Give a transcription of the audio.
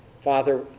Father